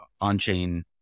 on-chain